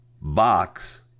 box